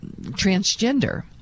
transgender